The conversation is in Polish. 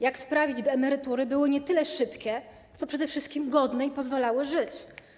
Jak sprawić, by emerytury były nie tyle szybkie, ile przede wszystkim godne i by pozwalały żyć?